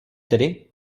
tedy